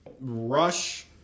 rush